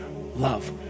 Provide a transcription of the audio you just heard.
love